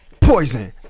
poison